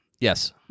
Yes